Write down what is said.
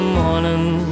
morning